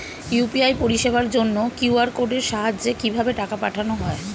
UPI পরিষেবার জন্য QR কোডের সাহায্যে কিভাবে টাকা পাঠানো হয়?